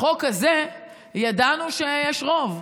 בחוק הזה ידענו שיש רוב.